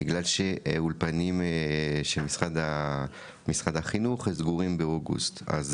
בגלל שהאולפנים של משרד החינוך סגורים באוגוסט.